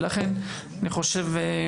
ולכן אני חושב,